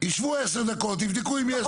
ישבו 10 דקות, יבדקו אם יש,